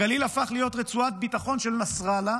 הגליל הפך להיות רצועת ביטחון של נסראללה,